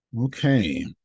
Okay